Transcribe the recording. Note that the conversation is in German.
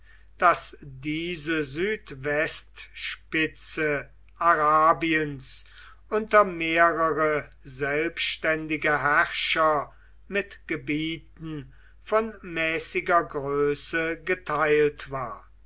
daß diese südwestspitze arabiens unter mehrere selbständige herrscher mit gebieten von mäßiger größe geteilt war